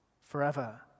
forever